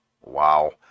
wow